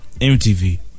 MTV